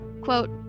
quote